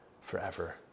forever